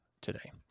today